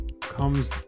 comes